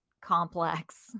complex